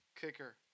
Kicker